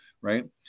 right